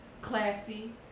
classy